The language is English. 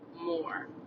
more